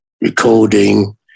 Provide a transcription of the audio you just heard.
recording